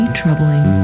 troubling